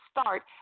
start